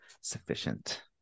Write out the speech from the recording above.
sufficient